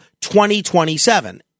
2027